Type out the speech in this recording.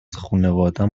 خانوادم